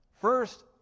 First